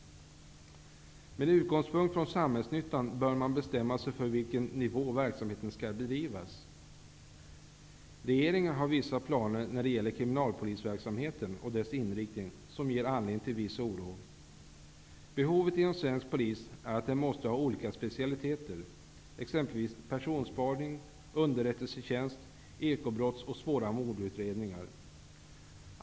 Med utgångspunkt i samhällsnyttan bör man bestämma sig för vilken nivå verksamheten skall bedrivas på. Regeringen har planer när det gäller kriminalpolisverksamheten och dess inriktning som ger anledning till viss oro. Ett behov inom svensk polis är att den måste ha olika specialiteter, exempelvis personspaning, underrättelsetjänst, ekobrotts och svåra mordutredningar.